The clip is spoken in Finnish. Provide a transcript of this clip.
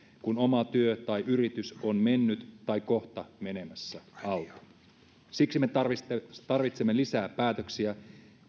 kun oma työ tai yritys on mennyt tai kohta menemässä alta siksi me tarvitsemme tarvitsemme lisää päätöksiä